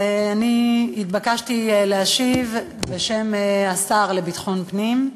התבקשתי להשיב בשם השר לביטחון פנים.